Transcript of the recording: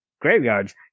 graveyards